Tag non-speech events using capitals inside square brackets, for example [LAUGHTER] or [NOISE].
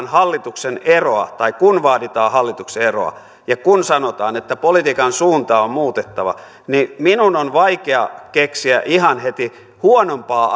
[UNINTELLIGIBLE] hallituksen eroa tai kun vaaditaan hallituksen eroa ja kun sanotaan että politiikan suuntaa on muutettava niin minun on vaikea keksiä ihan heti huonompaa [UNINTELLIGIBLE]